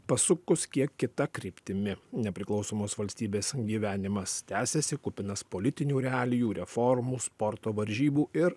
pasukus kiek kita kryptimi nepriklausomos valstybės gyvenimas tęsiasi kupinas politinių realijų reformų sporto varžybų ir